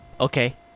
okay